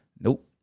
Nope